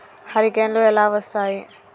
హరికేన్లు ఎలా వస్తాయి?